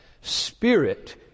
Spirit